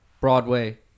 Broadway